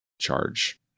charge